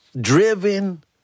driven